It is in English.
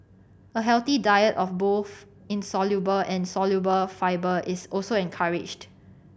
a healthy diet of both insoluble and soluble fibre is also encouraged